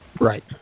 Right